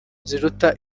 ziruta